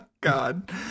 God